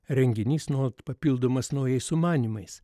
renginys nuolat papildomas naujais sumanymais